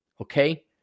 Okay